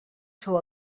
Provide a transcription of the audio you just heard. seu